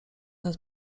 nad